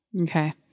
Okay